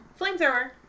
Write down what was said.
flamethrower